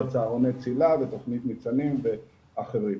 צהרוני --- ותכנית ניצנים ואחרים.